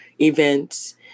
events